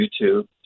YouTube